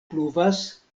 pluvas